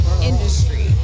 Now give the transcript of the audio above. industry